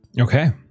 Okay